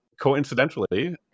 Coincidentally